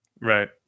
Right